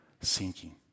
sinking